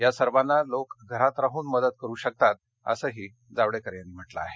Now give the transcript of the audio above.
या सर्वांना लोक घरात राहून मदत करू शकतात असंही जावडेकर यांनी म्हा कें आहे